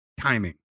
timing